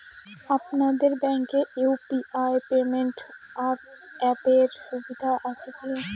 আপনাদের ব্যাঙ্কে UPI payment অ্যাপের সুবিধা আছে কি?